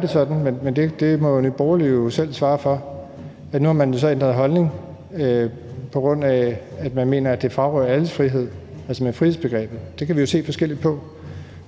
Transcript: det sådan – men det må Nye Borgerlige jo selv svare for – at man nu har ændret holdning, på grund af at man mener, at det frarøver alles frihed, altså med frihedsbegrebet. Det kan vi jo se forskelligt på.